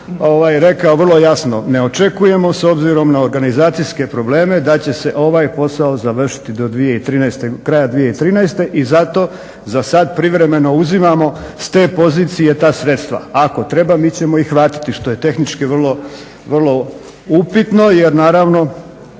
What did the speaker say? rekao vrlo jasno, ne očekujemo s obzirom na organizacijske probleme da će se ovaj posao završiti do 2013., kraja 2013. i zato za sada privremeno uzimamo sa te pozicije ta sredstva, ako treba mi ćemo ih vratiti što je tehnički vrlo, vrlo upitno, jer naravno